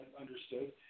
understood